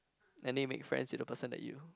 and they make friends with the person that you